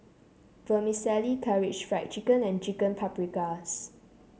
Vermicelli Karaage Fried Chicken and Chicken Paprikas